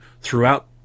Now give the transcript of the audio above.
throughout